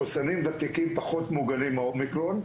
מחוסנים ותיקים פחות מוגנים מהאומיקרון.